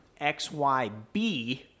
XYB